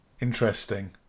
interesting